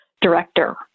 director